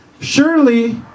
Surely